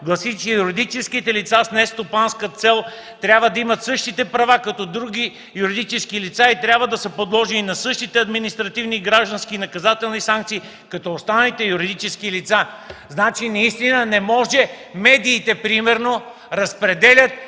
гласи, че юридическите лица с нестопанска цел трябва да имат същите права като други юридически лица и трябва да са подложени на същите административни, граждански и наказателни санкции като останалите юридически лица. Наистина не може – медиите, примерно, разпределят